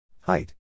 Height